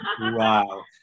Wow